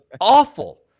awful